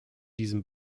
diesem